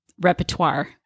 repertoire